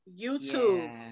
YouTube